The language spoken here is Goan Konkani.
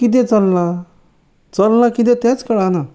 कितें चल्लां चल्लां कितें तेंच कळना